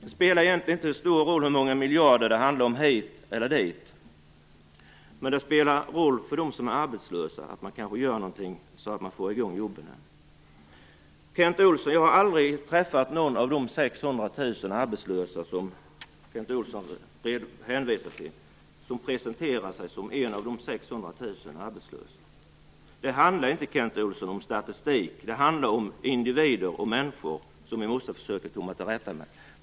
Det spelar egentligen inte så stor roll hur många miljarder hit eller dit det handlar om, men det spelar roll för dem som är arbetslösa att man gör någonting för att få i gång jobben. Jag har aldrig träffat någon av de 600 000 arbetslösa Kent Olsson hänvisar till som presenterat sig som "en av de 600 000 arbetslösa". Det handlar inte om statistik, Kent Olsson, det handlar om individer och människor som vi måste försöka komma till rätta med.